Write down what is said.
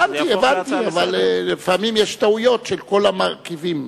הבנתי, אבל לפעמים יש טעויות של כל המרכיבים,